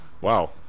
wow